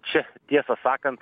čia tiesą sakant